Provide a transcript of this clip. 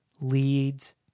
leads